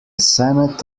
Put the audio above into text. senate